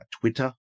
Twitter